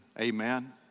amen